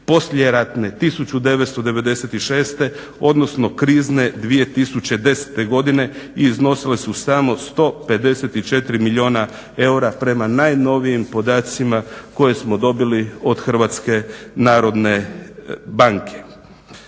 poslijeratne 1996. odnosno krizne 2010. godine i iznosile su samo 154 milijuna eura prema najnovijim podacima koje smo dobili od Hrvatske narodne banke.